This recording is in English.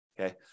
Okay